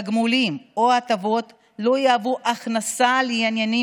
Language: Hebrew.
תגמולים או הטבות לא יהוו הכנסה לעניינים